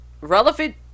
relevant